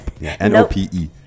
N-O-P-E